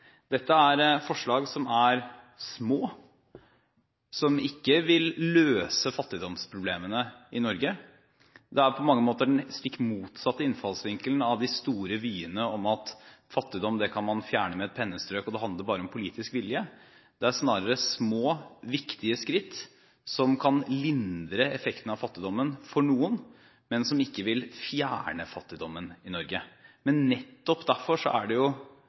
Dette er forslag som er små, og som ikke vil løse fattigdomsproblemene i Norge. Det er på mange måter den stikk motsatte innfallsvinkelen av de store vyene om at man kan fjerne fattigdom med et pennestrøk, og at det bare handler om politisk vilje. Det er snarere små, viktige skritt som kan lindre effektene av fattigdommen for noen, men som ikke vil fjerne fattigdommen i Norge. Nettopp derfor er det